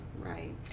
right